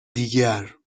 دیگر